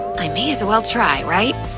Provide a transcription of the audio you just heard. i may as well try, right?